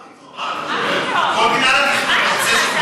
מה פתאום,